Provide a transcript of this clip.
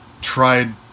tried